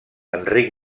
enric